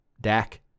Dak